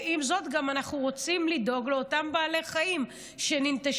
ועם זאת אנחנו רוצים לדאוג לאותם בעלי חיים שננטשו.